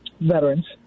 veterans